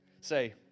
Say